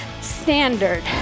standard